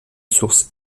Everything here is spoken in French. source